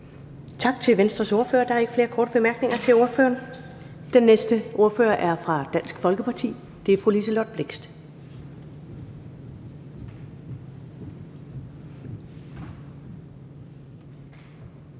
Tak til Venstres ordfører. Der er ikke flere korte bemærkninger til ordføreren. Den næste ordfører er fra Dansk Folkeparti, og det er fru Liselott Blixt.